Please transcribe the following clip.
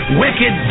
wicked